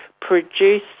produce